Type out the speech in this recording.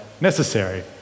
necessary